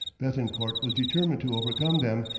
bethencourt was determined to overcome them,